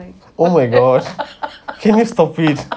oh my god can you stop it